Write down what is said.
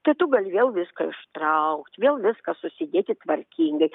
tai tu gali vėl viską ištraukt vėl viską susidėti tvarkingai